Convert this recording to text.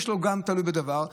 גם הוא תלוי בדבר.